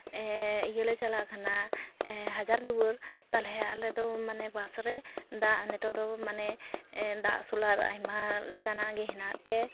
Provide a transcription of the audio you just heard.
ᱤᱭᱟᱹ ᱞᱮ ᱪᱟᱞᱟᱜ ᱠᱟᱱᱟ ᱦᱟᱡᱟᱨ ᱫᱩᱣᱟᱹᱨ ᱛᱟᱞᱚᱦᱮ ᱟᱞᱮ ᱫᱚ ᱢᱟᱱᱮ ᱵᱟᱥ ᱨᱮ ᱡᱟᱜ ᱱᱤᱛᱳᱜ ᱫᱚ ᱢᱟᱱᱮ ᱫᱟᱜ ᱥᱳᱞᱟᱨ ᱟᱭᱢᱟ ᱞᱮᱠᱟᱱᱟᱜ ᱜᱮ ᱦᱮᱱᱟᱜ ᱛᱮ